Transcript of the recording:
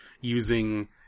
using